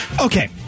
Okay